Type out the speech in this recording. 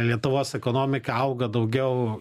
lietuvos ekonomika auga daugiau